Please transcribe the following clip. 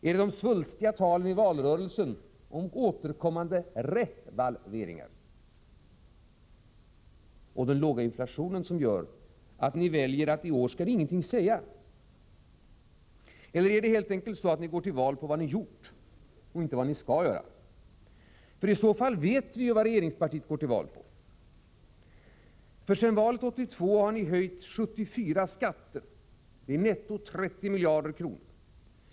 Är det de svulstiga talen i valrörelsen om återkommande revalveringar och låg inflation som gör att ni väljer att i år ingenting säga? Eller är det helt enkelt så att ni går till val på vad ni har gjort, inte på vad ni skall göra? I så fall vet vi vad regeringspartiet går till val på. Sedan valet 1982 har ni höjt 74 skatter med netto 30 miljarder kronor.